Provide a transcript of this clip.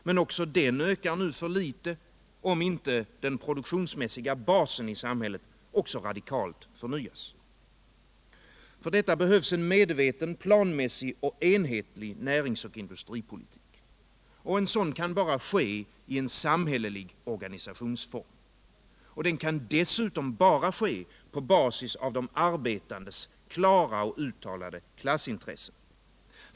Men också den ökar nu för litet, om inte den produktionsmässiga basen i samhället också radikalt förnyas. För detta behövs en medveten, planmässig och enhetlig närings och industripolitik. En sådan kan bara bedrivas i samhälleligt organiserad form. Den kan dessutom bara bedrivas på basis av de arbetandes klara och uttalade klassintressen.